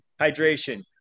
hydration